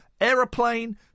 aeroplane